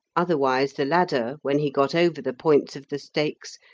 otherwise the ladder, when he got over the points of the stakes,